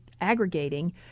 aggregating